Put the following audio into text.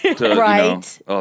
Right